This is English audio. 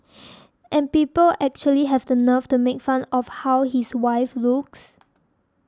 and people actually have the nerve to make fun of how his wife looks